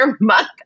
month